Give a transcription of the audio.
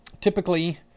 Typically